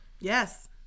Yes